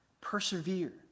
Persevere